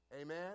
Amen